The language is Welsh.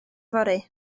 fory